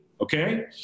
okay